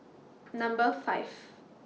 Number five